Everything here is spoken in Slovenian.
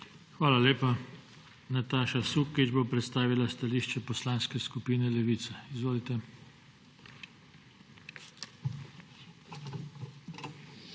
Hvala lepa. Nataša Sukič bo predstavila stališče Poslanske skupine Levica. Izvolite.